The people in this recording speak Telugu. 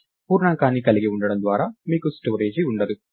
పూర్ణాంకాన్ని కలిగి ఉండటం ద్వారా మీకు స్టోరేజ్నిల్వ స్థలం ఉండదు